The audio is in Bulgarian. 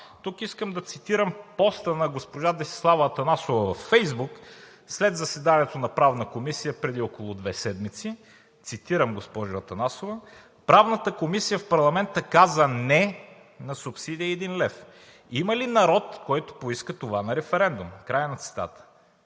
Тук искам да цитирам поста на госпожа Десислава Атанасова във Фейсбук след заседанието на Правната комисия преди около две седмици. Цитирам, госпожо Атанасова: „Правната комисия в парламента каза „не“ на субсидия 1 лв. Има ли народ, който поиска това на референдум?“ Край на цитата.